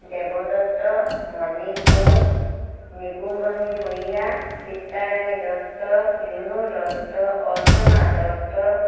Dev Dutta Moni Koch Nikumoni Bhuyan Chitrarani Dutta Runu Dutta Archana Dutta